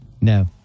No